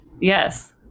Yes